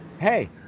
hey